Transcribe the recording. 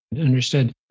Understood